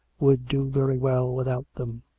would do very well without them.